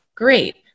Great